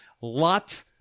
lot